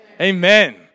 Amen